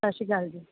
ਸਤਿ ਸ਼੍ਰੀ ਅਕਾਲ ਜੀ